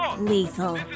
Lethal